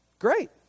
great